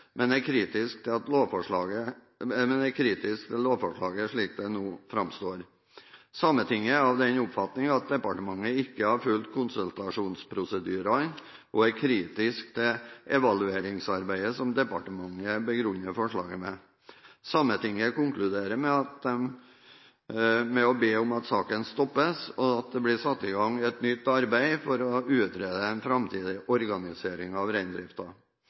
men er kritisk til lovforslaget slik det nå framstår. Sametinget er av den oppfatning at departementet ikke har fulgt konsultasjonsprosedyrene og er kritisk til evalueringsarbeidet som departementet begrunner forslaget med. Sametinget konkluderer med å be om at saken stoppes, og at det blir satt i gang et nytt arbeid for å utrede den framtidige organiseringen av